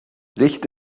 licht